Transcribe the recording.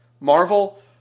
Marvel